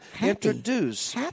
introduce